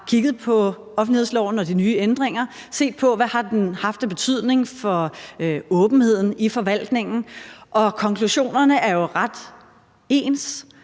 kigget på offentlighedsloven og de nye ændringer og set på, hvad den har haft af betydning for åbenheden i forvaltningen. Og konklusionerne er jo ret ens.